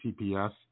TPS